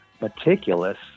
meticulous